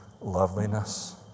loveliness